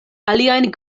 aliajn